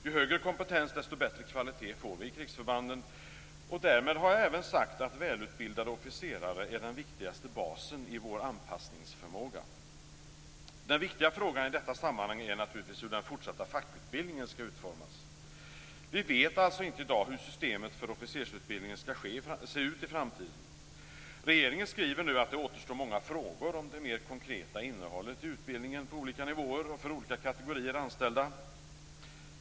Ju högre kompetens, desto bättre kvalitet får vi i krigsförbanden, och därmed har jag även sagt att välutbildade officerare är den viktigaste basen i vår anpassningsförmåga. Den viktiga frågan i detta sammanhang är naturligtvis hur den fortsatta fackutbildningen skall utformas. Vi vet alltså inte i dag hur systemet för officersutbildningen skall se ut i framtiden. Regeringen skriver nu att det återstår många frågor om det mer konkreta innehållet i utbildningen på olika nivåer och för olika kategorier anställda.